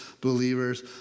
believers